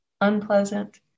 unpleasant